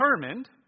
determined